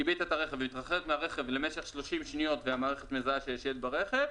כיבית את הרכב והתרחקת מהרכב למשך 30 שניות והמערכת מזהה שיש ילד ברכב,